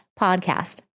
podcast